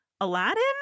Aladdin